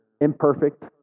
imperfect